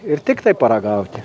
ir tiktai paragauti